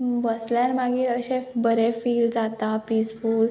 बसल्यार मागीर अशें बरें फील जाता पिसफूल